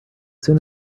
soon